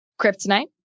Kryptonite